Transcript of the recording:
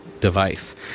device